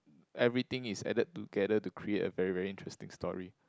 everything is added together to create a very very interesting story